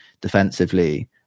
defensively